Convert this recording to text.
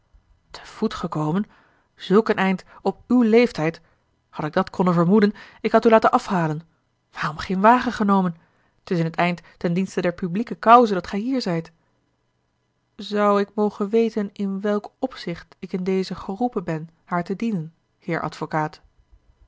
voet gekomen zulk een eind op uw leeftijd had ik dat konnen vermoeden ik had u laten afhalen waarom geen wagen genomen t is in t eind ten dienste der publieke cause dat gij hier zijt zou ik mogen weten in welk opzicht ik in dezen geroepen ben haar te dienen heer advocaat